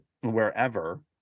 wherever